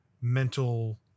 mental